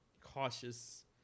cautious